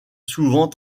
souvent